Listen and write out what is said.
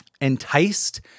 enticed